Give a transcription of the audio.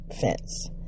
fence